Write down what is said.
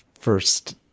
first